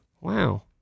Wow